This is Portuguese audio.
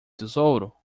tesouro